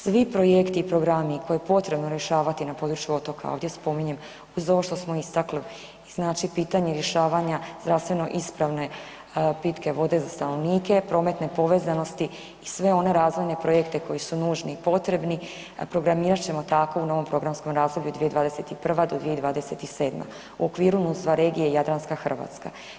Svi projekti i programi koje je potrebno rješavati na području otoka ovdje spominjem uz ovo što smo istakli pitanje rješavanja zdravstveno ispravne pitke vode za stanovnike, prometne povezanosti i sve one razvojne projekte koji su nužni i potrebni, programirat ćemo tako u novom programskom razdoblju 2021.-2027. u okviru NUTS 2 regije Jadranska Hrvatska.